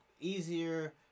easier